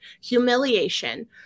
humiliation